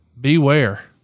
beware